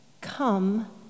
Come